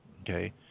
Okay